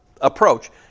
approach